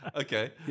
Okay